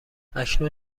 اکنون